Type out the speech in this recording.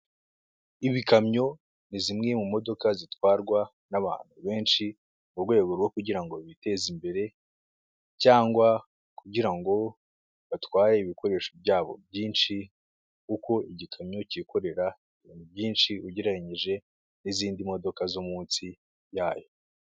Ibikamyo ni zimwe mu modoka zitwarwa n'abantu benshi, mu rwego rwo kugira ngo biteze imbere cyangwa kugira ngo batware ibikoresho byabo byinshi, kuko igikamyo cyikorera ibintu byinshi ugereranyije n'izindi modoka zo munsi yayo.